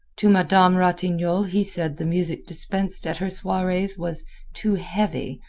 to madame ratignolle he said the music dispensed at her soirees was too heavy,